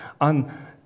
on